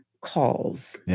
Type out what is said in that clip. calls